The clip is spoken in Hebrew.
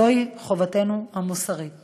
זוהי חובתנו המוסרית